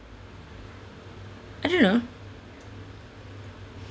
I don't know